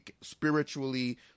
spiritually